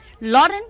Lauren